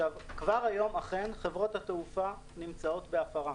כבר היום אכן חברות התעופה נמצאות בהפרה,